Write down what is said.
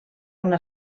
una